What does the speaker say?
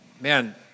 man